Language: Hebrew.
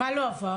מה לא עבר?